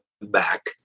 back